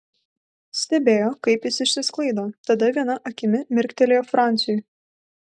stebėjo kaip jis išsisklaido tada viena akimi mirktelėjo franciui